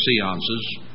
seances